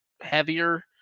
heavier